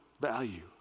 value